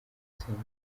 nsengero